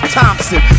Thompson